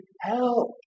help